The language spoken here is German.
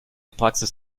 praxis